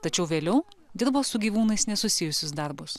tačiau vėliau dirbo su gyvūnais nesusijusius darbus